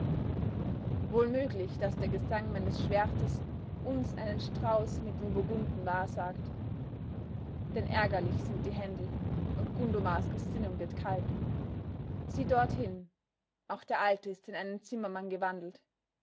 wohl möglich daß der gesang meines schwertes uns einen strauß mit den burgunden wahrsagt denn ärgerlich sind die händel und gundomars gesinnung wird kalt sieh dorthin auch der alte ist in einen zimmermann gewandelt